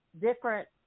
different